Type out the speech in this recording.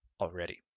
already